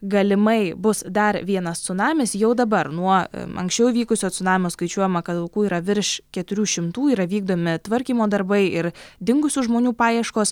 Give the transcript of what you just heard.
galimai bus dar vienas cunamis jau dabar nuo anksčiau įvykusio cunamio skaičiuojama kad aukų yra virš keturių šimtų yra vykdomi tvarkymo darbai ir dingusių žmonių paieškos